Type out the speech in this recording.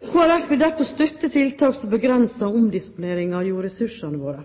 Folkeparti vil derfor støtte tiltak som begrenser omdisponering av jordressursene våre.